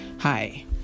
Hi